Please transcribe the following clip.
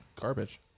Garbage